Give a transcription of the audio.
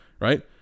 right